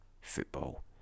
football